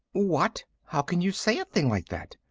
what? how can you say a thing like that?